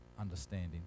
understanding